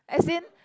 as in